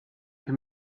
him